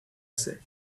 said